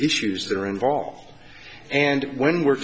issues that are involved and when we're